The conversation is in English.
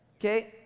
okay